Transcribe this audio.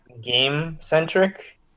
game-centric